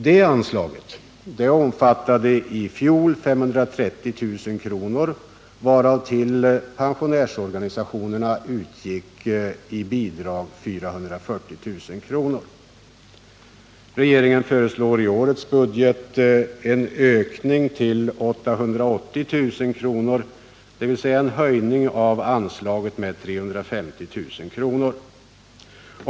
Detta anslag omfattade i fjol 530 000 kr., varav till pensionärsorganisationerna i bidrag utgick 440 000 kr. Regeringen föreslår i årets budget en ökning till 880 000 kr., dvs. en höjning av anslaget med 350 000 kr.